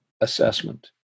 assessment